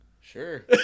Sure